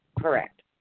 Correct